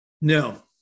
No